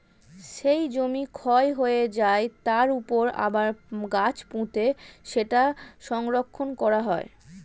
যেই জমি ক্ষয় হয়ে যায়, তার উপর আবার গাছ পুঁতে সেটা সংরক্ষণ করা হয়